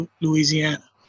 Louisiana